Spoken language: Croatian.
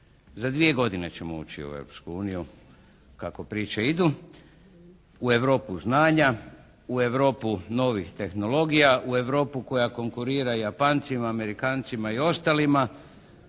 Za 2 godine ćemo ući u Europsku uniju, kako priče idu, u Europu znanja, u Europu novih tehnologija, u Europu koja konkurira Japancima, Amerikancima i ostalima.